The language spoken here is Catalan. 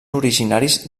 originaris